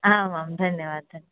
आमां धन्यवादः